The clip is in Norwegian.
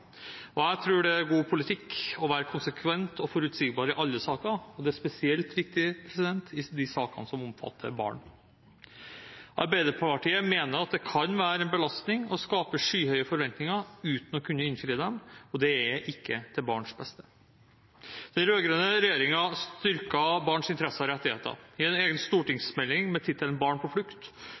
Jeg tror det er god politikk å være konsekvent og forutsigbar i alle saker, og det er spesielt viktig i de sakene som omfatter barn. Arbeiderpartiet mener at det kan være en belastning å skape skyhøye forventninger uten å kunne innfri dem, og det er ikke til barns beste. Den rød-grønne regjeringen styrket barns interesser og rettigheter. I en egen stortingsmelding med tittelen Barn på flukt